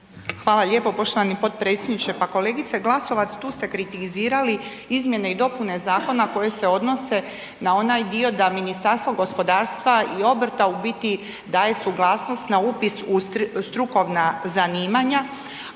Hvala lijepa poštovani potpredsjedniče. Pa kolegice Glasovac tu ste kritizirali izmjene i dopune zakona koje se odnose na onaj dio da Ministarstvo gospodarstva i obrta u biti daje suglasnost na upis u strukovna zanimanja,